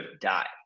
died